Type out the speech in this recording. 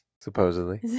supposedly